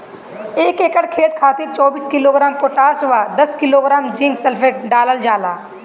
एक एकड़ खेत खातिर चौबीस किलोग्राम पोटाश व दस किलोग्राम जिंक सल्फेट डालल जाला?